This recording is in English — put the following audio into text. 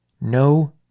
No